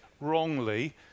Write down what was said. wrongly